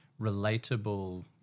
relatable